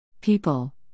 People